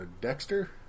Dexter